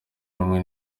rumwe